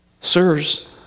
Sirs